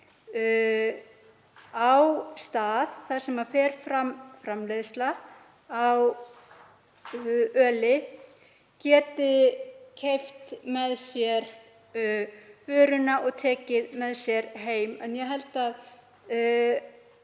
á stað þar sem fram fer framleiðsla á öli geti keypt vöruna og tekið með sér heim. En ég held að